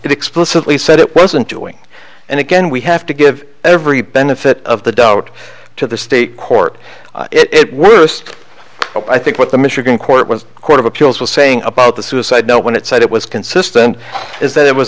it explicitly said it wasn't doing and again we have to give every benefit of the doubt to the state court it worst i think what the michigan court was a court of appeals was saying about the suicide note when it said it was consistent is that it was